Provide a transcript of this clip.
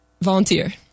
volunteer